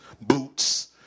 boots